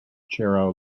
cerro